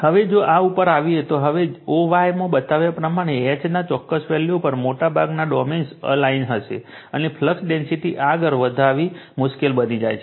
હવે જો આ ઉપર આવીએ તો હવે o y માં બતાવ્યા પ્રમાણે H ના ચોક્કસ વેલ્યુ ઉપર મોટાભાગના ડોમેન્સ અલાઇન હશે અને ફ્લક્સ ડેન્સિટી આગળ વધારવી મુશ્કેલ બની જાય છે